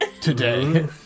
Today